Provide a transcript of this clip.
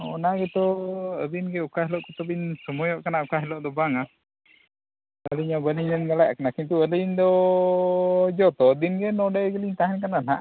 ᱚᱱᱟ ᱜᱮᱛᱚ ᱟᱹᱵᱤᱱ ᱜᱮ ᱚᱠᱟ ᱦᱤᱞᱳᱜ ᱠᱚᱛᱮ ᱵᱤᱱ ᱥᱚᱢᱚᱭᱚᱜ ᱠᱟᱱᱟ ᱟᱨ ᱚᱠᱟ ᱦᱤᱞᱚᱜ ᱫᱚ ᱵᱟᱝᱼᱟ ᱟᱹᱞᱤᱧ ᱢᱟ ᱵᱟᱹᱞᱤᱧ ᱢᱮᱱ ᱫᱟᱲᱮᱭᱟᱜ ᱠᱟᱱᱟ ᱠᱤᱱᱛᱩ ᱟᱹᱞᱤᱧ ᱫᱚ ᱡᱚᱛᱚ ᱫᱤᱱ ᱜᱮᱞᱤᱧ ᱱᱚᱰᱮ ᱞᱤᱧ ᱛᱟᱦᱮᱱ ᱠᱟᱱᱟ ᱱᱟᱦᱟᱜ